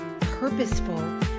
purposeful